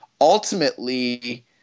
Ultimately